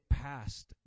past